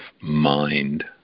mind